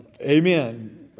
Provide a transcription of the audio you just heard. amen